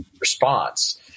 response